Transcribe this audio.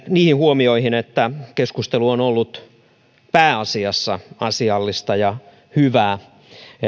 niihin huomioihin että keskustelu on ollut pääasiassa asiallista ja hyvää